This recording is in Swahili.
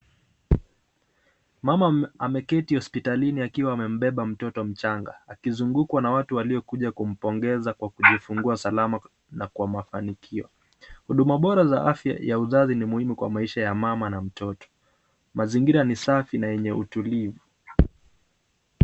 Mama ameketi hospitalini akiwa amembeba mtoto mchanga akizungukwa na watu waliokuja kumpongeza kwa kujifungua salama na kwa mafanikio. Huduma bora za afya ya uzazi ni muhimu kwa maisha ya mama na mtoto. Mazingira ni safi na yenye utulivu.